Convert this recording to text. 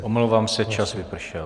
Omlouvám se, čas vypršel.